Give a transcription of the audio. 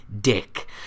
dick